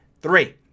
three